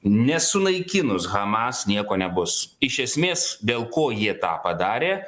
nesunaikinus hamas nieko nebus iš esmės dėl ko jie tą padarė